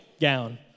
gown